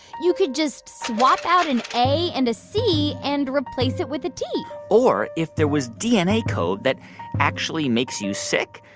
you could just swap out an a and a c and replace it with a t or if there was dna code that actually makes you sick,